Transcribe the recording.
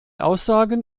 aussagen